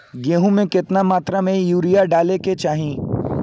गेहूँ में केतना मात्रा में यूरिया डाले के चाही?